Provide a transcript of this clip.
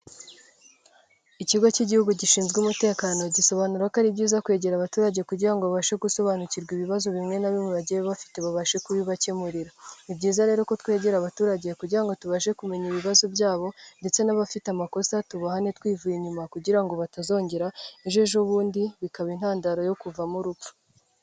Ikigo cy'igihugu gishinzwe umutekano gisobanura ko ari byiza kwegera abaturage kugira ngo babashe gusobanukirwa ibibazo bimwe na bimwe bagiye bafite babashe kubibakemurira ni byiza rero ko twegera abaturage kugira ngo tubashe kumenya ibibazo byabo ndetse n'abafite amakosa tubahane twivuye inyuma kugira ngo batazongera ejo ejobundi bikaba intandaro yo kuvamo urupfu.